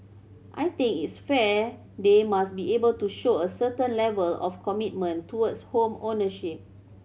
I think it's fair they must be able to show a certain level of commitment towards home ownership